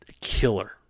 killer